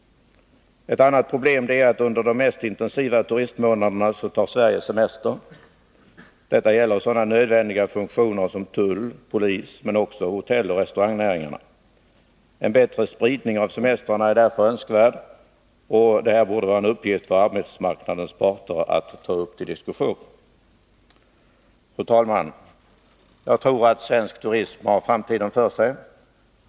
Ett annat problem är att Sverige tar semester under de mest intensiva turistmånaderna. Detta gäller sådana nödvändiga funktioner som tull och polis men också hotelloch restaurangnäringarna. En bättre spridning av semestrarna är därför önskvärd. Det vore en uppgift för arbetsmarknadens parter att ta upp denna sak till diskussion. Fru talman! Jag tror att svensk turism har framtiden för sig.